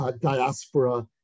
diaspora